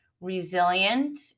resilient